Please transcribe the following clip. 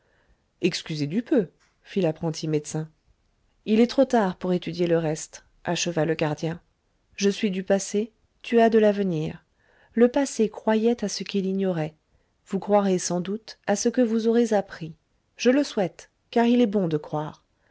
excusez du peu fit l'apprenti médecin il est trop tard pour étudier le reste acheva le gardien je suis du passé tu as de l'avenir le passé croyait à ce qu'il ignorait vous croirez sans doute à ce que vous aurez appris je le souhaite car il est bon de croire